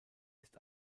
ist